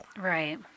Right